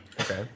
Okay